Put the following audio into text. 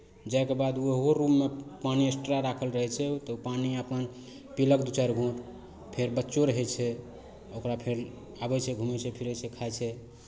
जायके बाद ओहो रूममे पानि एक्स्ट्रा राखल रहै छै तऽ पानि अपन पीलक दू चारि घोँट फेर बच्चो रहै छै ओकरा फेर आबै छै घूमै छै फिरै छै खाइ छै